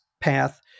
path